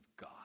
God